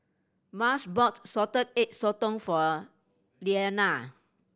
Marsh bought Salted Egg Sotong for Lyana